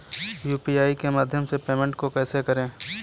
UPI के माध्यम से पेमेंट को कैसे करें?